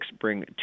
bring